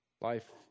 Life